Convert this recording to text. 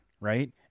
right